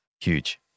huge